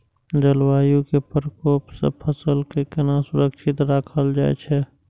जलवायु के प्रकोप से फसल के केना सुरक्षित राखल जाय छै?